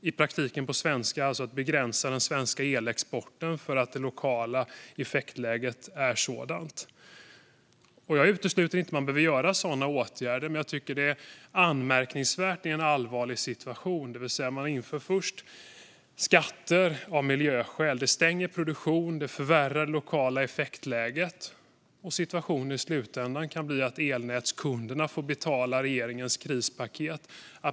I praktiken handlar det om att begränsa den svenska elexporten för att det lokala effektläget är sådant som det är. Jag utesluter inte att man behöver vidta sådana åtgärder, men det är anmärkningsvärt i en allvarlig situation. Man inför först skatter av miljöskäl. Det stänger produktion och förvärrar det lokala effektläget. Situationen i slutändan kan bli att elnätskunderna får betala regeringens krispaket.